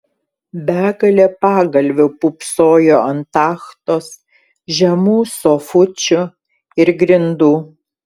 begalė pagalvių pūpsojo ant tachtos žemų sofučių ir grindų